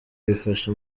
bifasha